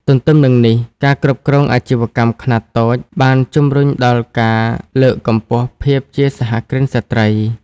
ទទ្ទឹមនឹងនេះ ការគ្រប់គ្រងអាជីវកម្មខ្នាតតូច បានជម្រុញដល់ការលើកកម្ពស់ភាពជាសហគ្រិនស្ត្រី។